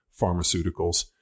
pharmaceuticals